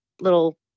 little